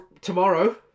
Tomorrow